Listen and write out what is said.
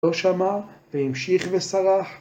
לא שמע, והמשיך וסרח.